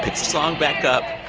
song back up,